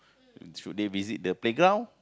should they visit the playground